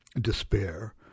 despair